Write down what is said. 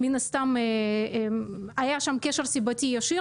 מן הסתם היה שם קשר סיבתי ישיר,